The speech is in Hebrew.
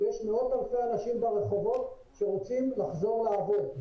יש מאות אלפי אנשים ברחובות שרוצים לחזור לעבוד.